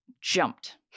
jumped